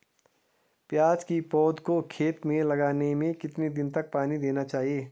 प्याज़ की पौध को खेतों में लगाने में कितने दिन तक पानी देना चाहिए?